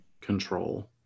control